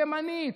ימנית,